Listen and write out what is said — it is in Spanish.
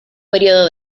periodo